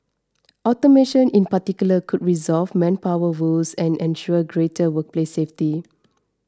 automation in particular could resolve manpower woes and ensure greater workplace safety